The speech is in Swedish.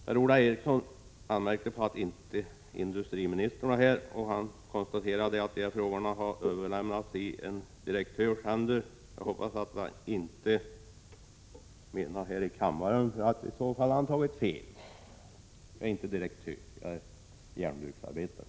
Per-Ola Eriksson anmärkte på att industriministern inte är här och konstaterade att dessa frågor överlämnats till en direktör. Jag hoppas att han inte menade här i kammaren - i så fall har han tagit fel. Jag är inte direktör utan järnbruksarbetare.